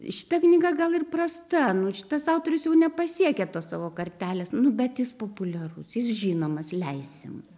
šita knyga gal ir prasta nu šitas autorius jau nepasiekia to savo kartelės nu bet jis populiarus jis žinomas leisim